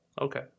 Okay